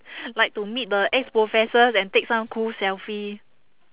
like to meet the ex-professors and take some cool selfie